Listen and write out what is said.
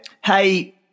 Hey